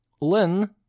Lin